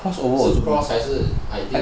是 crossover 还是